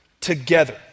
together